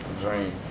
dream